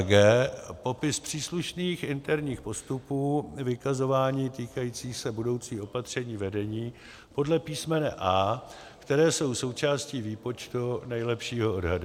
g) popis příslušných interních postupů vykazování týkajících se budoucích opatření vedení podle písmene a), které jsou součástí výpočtu nejlepšího odhadu.